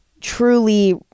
truly